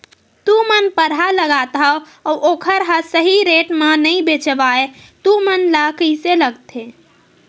तू मन परहा लगाथव अउ ओखर हा सही रेट मा नई बेचवाए तू मन ला कइसे लगथे?